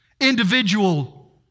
individual